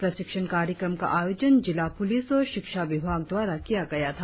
प्रशिक्षण कार्यक्रम का आयोजन जिला पुलिस और शिक्षा विभाग द्वारा किया गया था